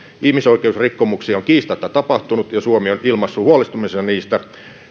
ihmisoikeusrikkomuksia on kiistatta tapahtunut ja suomi on ilmaissut huolestumisensa niistä